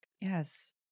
Yes